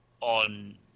on